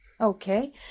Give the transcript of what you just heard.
Okay